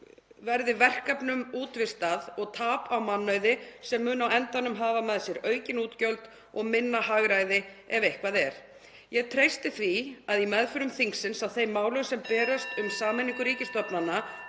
verði verkefnum útvistað og tap verði á mannauði sem muni á endanum hafa með sér aukin útgjöld og minna hagræði ef eitthvað er. Ég treysti því að í meðförum þingsins á þeim málum sem berast (Forseti hringir.) um sameiningu